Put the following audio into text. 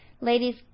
Ladies